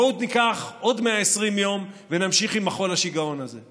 בואו ניקח עוד 120 יום ונמשיך עם מחול השיגעון הזה.